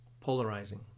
polarizing